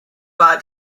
war